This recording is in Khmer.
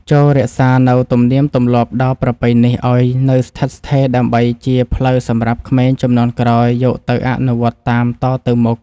ចូររក្សានូវទំនៀមទម្លាប់ដ៏ប្រពៃនេះឱ្យនៅស្ថិតស្ថេរដើម្បីជាផ្លូវសម្រាប់ក្មេងជំនាន់ក្រោយយកទៅអនុវត្តតាមតទៅមុខ។